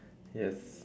yes